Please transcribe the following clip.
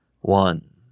One